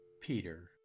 Peter